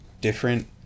different